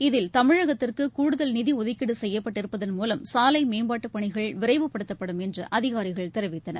இதில் தமிழகத்திற்குகூடுதல் நிதிஒதுக்கீடுசெய்யப்பட்டிருப்பதன் மூலம் சாலைமேம்பாட்டுப் பணிகள் விரைவுபடுத்தப்படும் என்றுஅதிகாரிகள் தெரிவித்தனர்